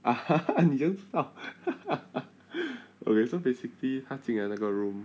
你怎样知道 okay so basically 他进来那个 room